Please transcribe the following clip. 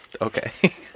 Okay